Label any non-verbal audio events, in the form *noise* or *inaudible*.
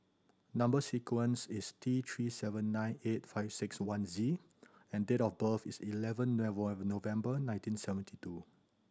number sequence is T Three seven nine eight five six one Z and date of birth is eleven *unintelligible* November nineteen seventy two